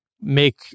make